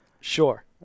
Sure